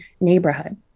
neighborhood